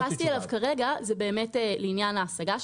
התייחסתי כרגע לעניין ההשגה,